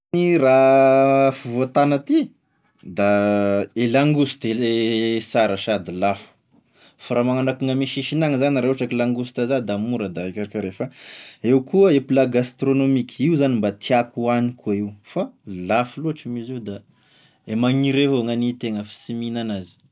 Raha afovoan-tany aty da e langouste e sara sady lafo, f'raha magnano akoa ame sisiny agny zany raha ohatra ka hoe langouste za da mora da everiko eo refa, eo koa i plat gastronomique, io zany mba tiàko hoagny koa io fa da lafo loatra moa izy io, da fa da e magniry avao gnany tena fa sy mihina an'azy.